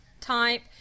type